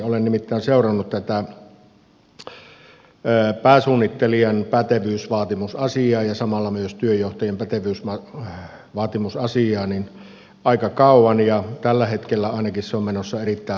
olen nimittäin seurannut tätä pääsuunnittelijan pätevyysvaatimusasiaa ja samalla myös työnjohtajien pätevyysvaatimusasiaa aika kauan ja tällä hetkellä ainakin se on menossa erittäin huonoon suuntaan